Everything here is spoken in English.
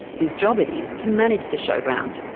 whose job it is to manage the showground.